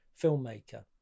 filmmaker